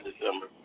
December